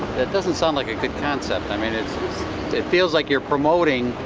it doesn't sound like a good concept. i mean it it feels like you're promoting